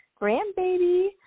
grandbaby